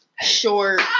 short